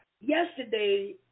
Yesterday